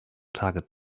tage